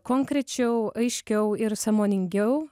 konkrečiau aiškiau ir sąmoningiau